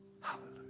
Hallelujah